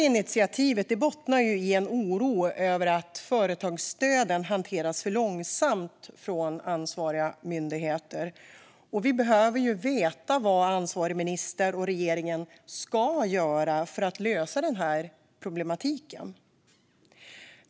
Initiativet bottnar i en oro över att företagsstöden hanteras för långsamt av ansvariga myndigheter. Vi behöver veta vad den ansvarige ministern och regeringen ska göra för att lösa problematiken.